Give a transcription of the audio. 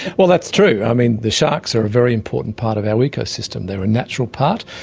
well, that's true. i mean, the sharks are a very important part of our ecosystem. they are a natural part.